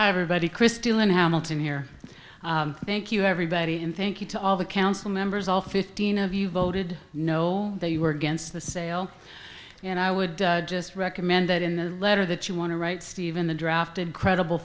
everybody christy lynn how milton here thank you everybody and thank you to all the council members all fifteen of you voted no they were against the sale and i would just recommend that in the letter that you want to write steve in the drafted credible